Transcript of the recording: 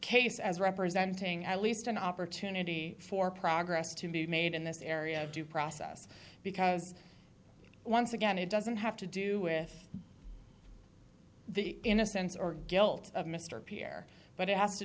case as representing at least an opportunity for progress to be made in this area of due process because once again it doesn't have to do with the innocence or guilt of mr pierre but it has to